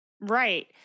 Right